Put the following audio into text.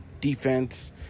defense